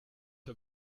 her